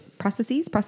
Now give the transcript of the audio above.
Processes